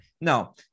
No